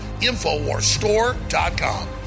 InfoWarsStore.com